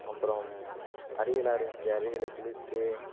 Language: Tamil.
அப்புறம் அருவிலாம் இருந்துச்சி அருவியில் குளிச்சுட்டு